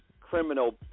criminal